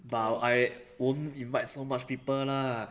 but I won't invite so much people lah